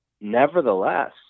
nevertheless